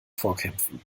vorkämpfen